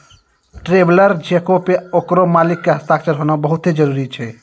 traveller चेको पे ओकरो मालिक के हस्ताक्षर होनाय बहुते जरुरी छै